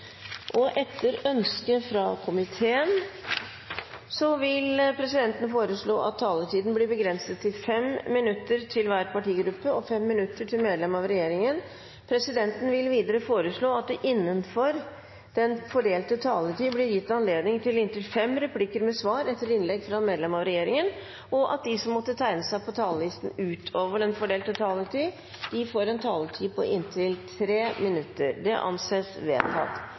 3. Etter ønske fra justiskomiteen vil presidenten foreslå at taletiden blir begrenset til 5 minutter til hver partigruppe og 5 minutter til medlemmer av regjeringen. Videre vil presidenten foreslå at det – innenfor den fordelte taletid – blir gitt anledning til replikkordskifte med inntil fem replikker med svar etter innlegg fra medlemmer av regjeringen, og at de som måtte tegne seg på talerlisten utover den fordelte taletid, får en taletid på inntil 3 minutter. – Det anses vedtatt.